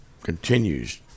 continues